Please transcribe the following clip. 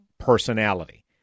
personality